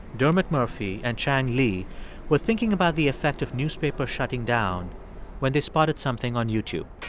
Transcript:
dermot murphy and chang lee were thinking about the effect of newspapers shutting down when they spotted something on youtube